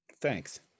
thanks